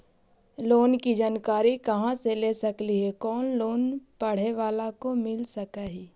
Loan की जानकारी कहा से ले सकली ही, कोन लोन पढ़े बाला को मिल सके ही?